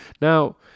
Now